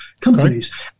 companies